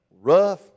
rough